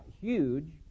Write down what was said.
huge